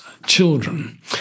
Children